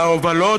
ההובלות,